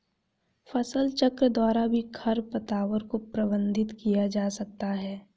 फसलचक्र द्वारा भी खरपतवार को प्रबंधित किया जा सकता है